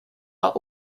are